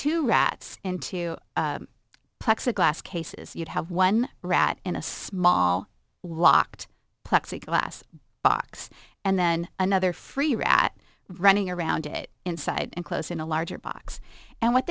two rats into plexiglass cases you'd have one rat in a small locked plexiglas box and then another free rat running around it inside and close in a larger box and what